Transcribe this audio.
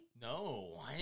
No